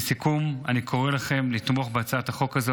לסיכום, אני קורא לכם לתמוך בהצעת החוק הזו.